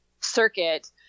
circuit